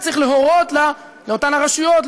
והוא צריך להורות לאותן רשויות,